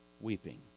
weeping